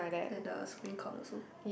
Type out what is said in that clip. and the Supreme Court also